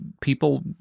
people